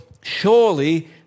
Surely